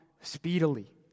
speedily